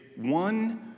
one